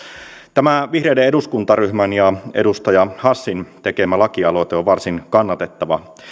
tämä vihreiden eduskuntaryhmän ja edustaja hassin tekemä lakialoite on varsin kannatettava